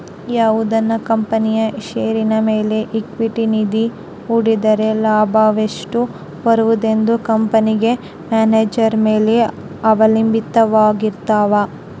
ಯಾವುದನ ಕಂಪನಿಯ ಷೇರಿನ ಮೇಲೆ ಈಕ್ವಿಟಿ ನಿಧಿ ಹೂಡಿದ್ದರೆ ಲಾಭವೆಷ್ಟು ಬರುವುದೆಂದು ಕಂಪೆನೆಗ ಮ್ಯಾನೇಜರ್ ಮೇಲೆ ಅವಲಂಭಿತವಾರಗಿರ್ತವ